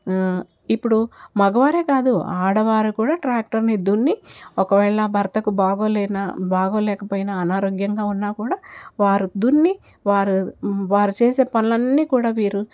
ఇప్పుడు మగవారే కాదు ఆడవారు కూడా ట్రాక్టర్ని దున్ని ఒకవేళ భర్తకి బాగోలేక బాగోలేకపోయిన అనారోగ్యంగా ఉన్నా కూడ వారు దున్ని వారు వారు చేసే పనులన్నీ కూడా వీరు